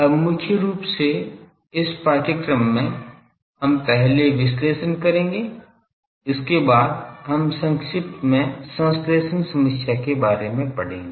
अब मुख्य रूप से इस पाठ्यक्रम में हम पहले विश्लेषण करेंगे उसके बाद हम संक्षिप्त में संश्लेषण समस्या के बारे में पढ़ेंगे